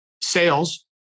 sales